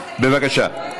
בבקשה.